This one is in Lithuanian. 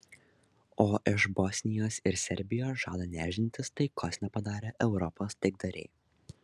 o iš bosnijos ir serbijos žada nešdintis taikos nepadarę europos taikdariai